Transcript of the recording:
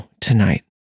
tonight